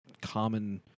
common